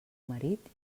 marit